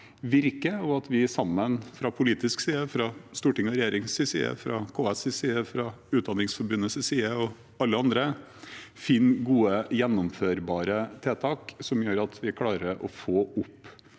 og at vi sammen – fra politisk side, fra stortings og regjerings side, fra KS’ side, fra Utdanningsforbundets side og alle andre – finner gode, gjennomførbare tiltak som gjør at vi klarer å få opp